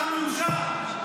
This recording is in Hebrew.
אתה מאושר,